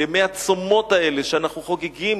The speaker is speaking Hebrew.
של ימי הצומות שאנחנו חוגגים,